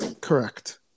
correct